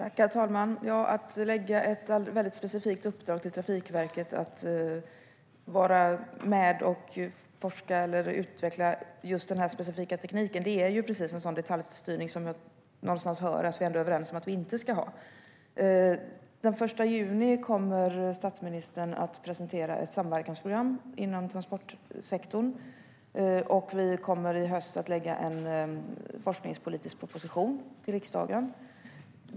Herr talman! Att lägga ett väldigt specifikt uppdrag på Trafikverket att vara med och forska om eller utveckla just den här tekniken är precis en sådan detaljstyrning som jag hör att vi är överens om att vi inte ska ha. Den 1 juni kommer statsministern att presentera ett samverkansprogram inom transportsektorn, och vi kommer i höst att lägga fram en forskningspolitisk proposition i riksdagen.